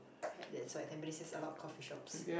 had that's why Tampanies has a lot of coffee shops